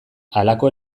halako